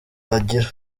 bagira